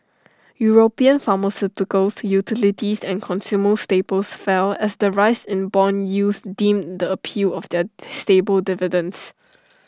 european pharmaceuticals utilities and consumer staples fell as the rise in Bond yields dimmed the appeal of their stable dividends